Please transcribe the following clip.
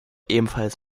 ebenfalls